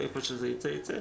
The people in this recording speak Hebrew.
ואיפה שייצא ייצא,